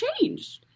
changed